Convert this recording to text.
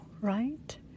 right